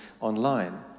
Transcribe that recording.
online